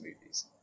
movies